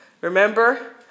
Remember